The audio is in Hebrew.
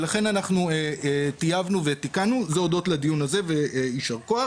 לכן טייבנו ותיקנו - הודות לדיון הזה, יישר כוח